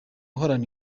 uhorana